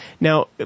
Now